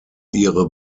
ihre